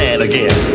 again